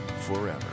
forever